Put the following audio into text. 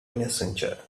messenger